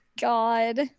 God